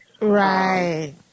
Right